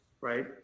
right